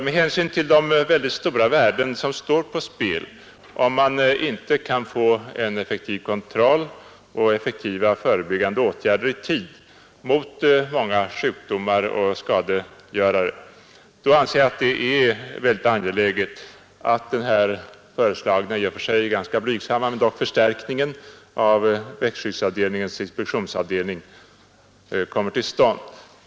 Med hänsyn till de mycket stora värden som står på spel om man inte kan få effektiv kontroll och effektiva förebyggande åtgärder i tid mot många sjukdomar och skadegörare anser jag att det är mycket angeläget att den här föreslagna i och för sig ganska blygsamma men dock förstärkningen av växtskyddsanstaltens inspektionsavdelning kommer till stånd.